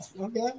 Okay